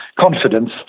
confidence